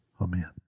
Amen